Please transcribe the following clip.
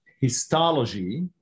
histology